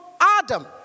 Adam